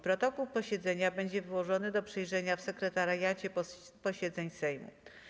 Protokół posiedzenia będzie wyłożony do przejrzenia w Sekretariacie Posiedzeń Sejmu.